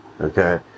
okay